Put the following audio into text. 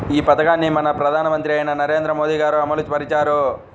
ఈ పథకాన్ని మన ప్రధానమంత్రి అయిన నరేంద్ర మోదీ గారు అమలు పరిచారు